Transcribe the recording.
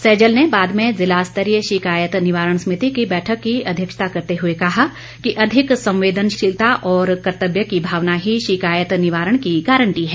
सैजल ने बाद में जिलास्तरीय शिकायत निवारण समिति की बैठक की अध्यक्षता करते हुए कहा कि अधिक संवेदनशीलता और कर्त्तव्य की भावना ही शिकायत निवारण की गारंटी है